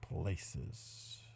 places